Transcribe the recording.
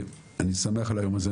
אני שמח על היום הזה.